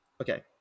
Okay